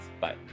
Bye